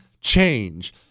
change